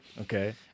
Okay